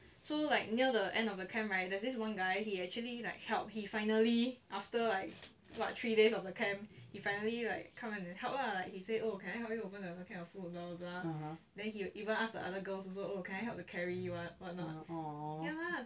so like near the end of the camp right there is this one guy he actually like help he finally after like what three days of the camp he finally like come and help lah he say oh can I help you open what kind of food blah blah blah then he even asked the other girls also oh can I help to carry what what what ya